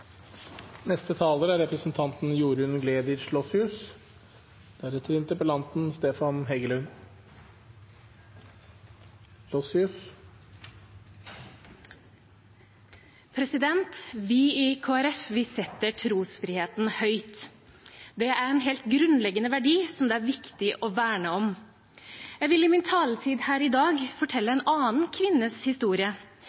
Vi i Kristelig Folkeparti setter trosfriheten høyt. Det er en helt grunnleggende verdi som det er viktig å verne om. Jeg vil i min taletid her i dag fortelle